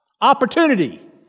Opportunity